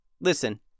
Listen